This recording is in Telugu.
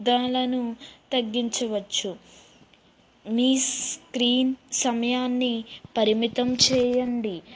ప్రమాదాలను తగ్గించవచ్చు మీ స్క్రీన్ సమయాన్ని పరిమితం చేయండి